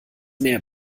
mehr